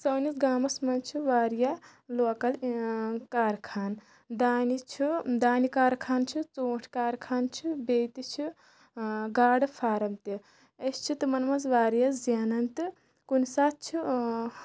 سٲنِس گامَس منٛز چھِ واریاہ لوکَل کارخان دانہِ چھُ دانہِ کارخان چھِ ژوٗنٛٹھۍ کارخان چھِ بیٚیہِ تہِ چھِ گاڈٕ فارم تہِ أسۍ چھِ تِمَن منٛز واریاہ زینَان تہٕ کُنہِ ساتہٕ چھِ